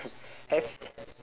have